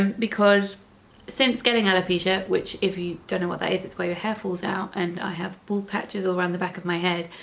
um because since getting alopecia, if you don't know what that is it's why your hair falls out and i have bald patches all round the back of my head,